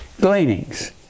Gleanings